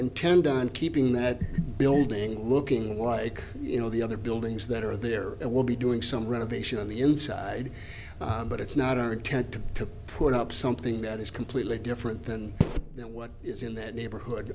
intend on keeping that building looking like you know the other buildings that are there it will be doing some renovation on the inside but it's not our intent to to put up something that is completely different than what is in that neighborhood